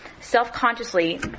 self-consciously